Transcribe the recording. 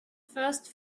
first